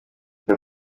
lil